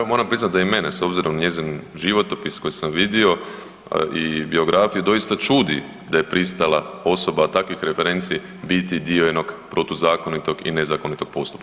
Pa moram priznat da je i mene s obzirom na njezin životopis koji sam vidio i biografiju, doista čudi da je pristala osoba takvih referenci biti dio jednog protuzakonitog i nezakonitog postupka.